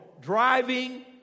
Driving